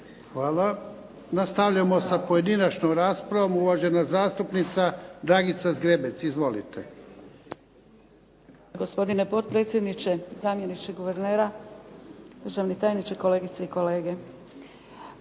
Hvala. Nastavljamo sa pojedinačnom raspravom. Uvažena zastupnica Dragica Zgrebec. Izvolite.